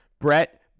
Brett